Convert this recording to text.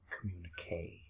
Communique